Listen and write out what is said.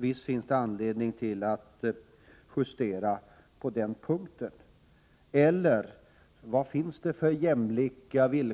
Visst finns det anledning till justering på den punkten. Eller vad finns egentligen